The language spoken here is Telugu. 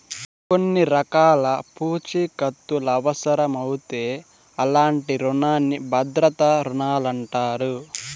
కొన్ని రకాల పూఛీకత్తులవుసరమవుతే అలాంటి రునాల్ని భద్రతా రుణాలంటారు